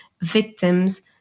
victims